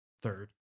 third